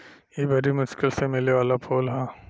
इ बरी मुश्किल से मिले वाला फूल ह